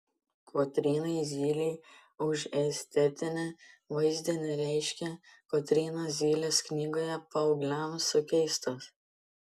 kotrynai zylei už estetinę vaizdinę raišką kotrynos zylės knygoje paaugliams sukeistas